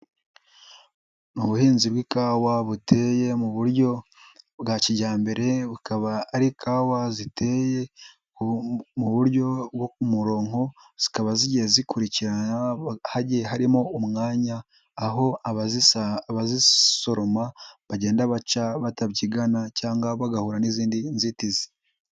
Ni ubuhinzi bw'ikawa buteye mu buryo bwa kijyambere, bukaba ari ikawa ziteye mu buryo bwo ku muronko, zikaba zigiye zikurikirana hagiye harimo umwanya aho abazisa abazisoroma bagenda baca batabyigana cyangwa bagahura n'izindi nzitizi.